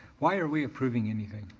why are we approving anything?